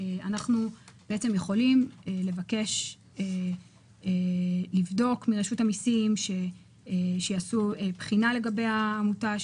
אנחנו יכולים לבקש לבדוק מרשות המיסים שיעשו בחינה לגבי העמותה,